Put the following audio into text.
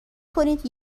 کنید